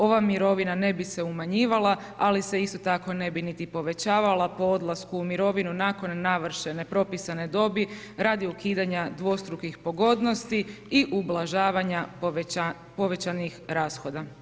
Ova mirovina ne bi se u smanjivala, ali se isto tako ne bi povećavala po odlasku u mirovinu, nakon navršene propisane dobi radi ukidanja dvostrukih pogodnosti i ublažavanja povećanih rashoda.